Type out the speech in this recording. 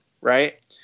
Right